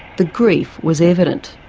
the grief was evident.